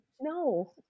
no